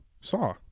saw